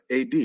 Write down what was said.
AD